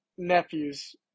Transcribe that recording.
nephews